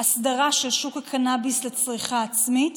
הסדרה של שוק הקנביס לצריכה עצמית,